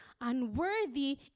unworthy